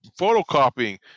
photocopying